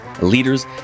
leaders